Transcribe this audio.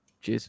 Cheers